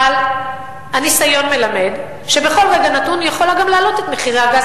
אבל הניסיון מלמד שבכל רגע נתון היא יכולה גם להעלות את מחירי הגז,